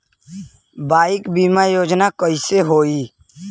Bike बीमा योजना कैसे होई?